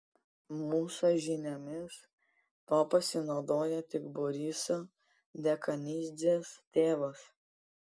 mūsų žiniomis tuo pasinaudojo tik boriso dekanidzės tėvas